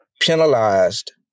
penalized